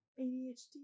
ADHD